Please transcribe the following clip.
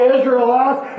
Israelites